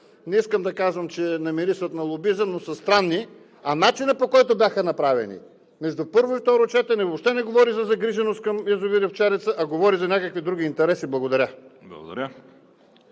не искам да казвам, че намирисват на лобизъм, но са странни, а начинът, по който бяха направени – между първо и второ четене, въобще не говори за загриженост към язовир „Овчарица“, а говори за някакви други интереси. Благодаря.